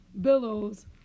billows